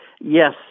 Yes